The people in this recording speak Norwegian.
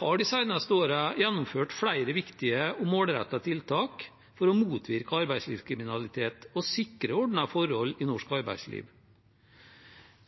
har de seneste årene gjennomført flere viktige og målrettede tiltak for å motvirke arbeidslivskriminalitet og sikre ordnede forhold i norsk arbeidsliv.